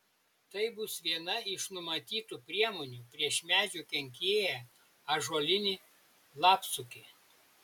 tai bus viena iš numatytų priemonių prieš medžių kenkėją ąžuolinį lapsukį